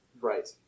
Right